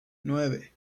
nueve